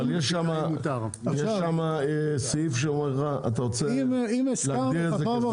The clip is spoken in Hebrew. אבל יש שם סעיף ששואלים אותך: האם אתה רוצה להגדיר כזבל.